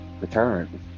return